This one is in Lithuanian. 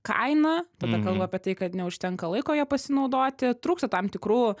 kainą tada kalba apie tai kad neužtenka laiko ja pasinaudoti trūksta tam tikrų